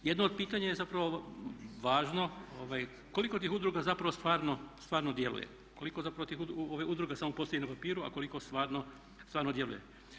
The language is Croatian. Jedno od pitanja je zapravo važno, koliko tih udruga zapravo stvarno djeluje, koliko zapravo tih udruga samo postoji na papiru, a koliko stvarno djeluje.